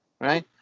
right